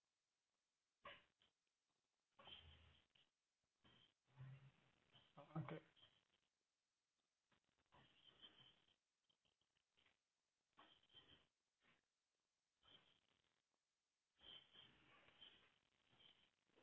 okay